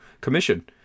commission